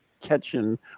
catching